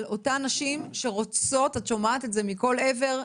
לאותן הנשים שרוצות ואת שומעת את זה פה מכל עבר,